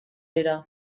dira